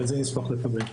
את זה נשמח לקבל,